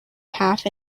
half